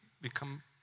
become